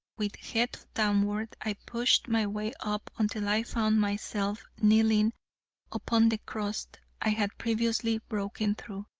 with head downward, i pushed my way up until i found myself kneeling upon the crust i had previously broken through,